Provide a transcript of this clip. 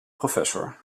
professor